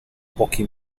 pochi